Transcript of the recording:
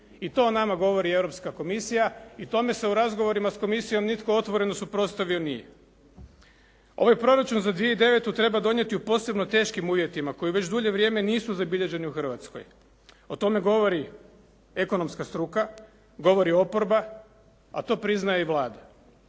i to o nama govori Europska komisija i tome se u razgovorima s komisijom nitko otvoreno suprotstavio nije. Ovaj proračun za 2009. treba donijeti u posebno teškim uvjetima koje već dulje vrijeme nisu zabilježeni u Hrvatskoj. O tome govori ekonomska struka, govori oporba, a to priznaje i Vlada.